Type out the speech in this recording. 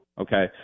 okay